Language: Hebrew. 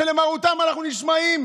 שלמרותם אנחנו נשמעים?